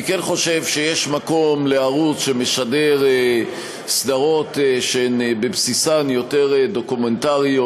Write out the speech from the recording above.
אני כן חושב שיש מקום לערוץ שמשדר סדרות שבבסיסן הן יותר דוקומנטריות,